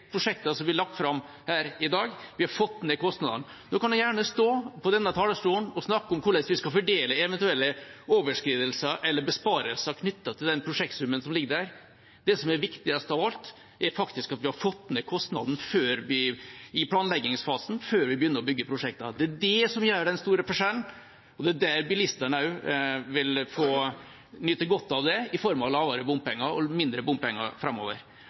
prosjekter. Det gjør vi på to måter: enten ved å øke nytten i prosjektene, som er bra for landet, eller ved å redusere kostnadene. Det er gjort i alle disse tre prosjektene som blir lagt fram her i dag. Vi har fått ned kostnadene. Så kan man gjerne stå på denne talerstolen og snakke om hvordan vi skal fordele eventuelle overskridelser eller besparelser knyttet til den prosjektsummen som ligger der. Det som er viktigst av alt, er at vi har fått ned kostnaden i planleggingsfasen, før vi begynner å bygge prosjektene. Det er det som gjør den store forskjellen, og det er der